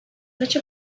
such